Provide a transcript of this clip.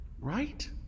right